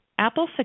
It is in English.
Apple